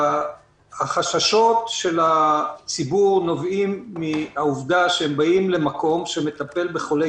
החששות של הציבור נובעים מהעובדה שהם באים למקום שמטפל בחולי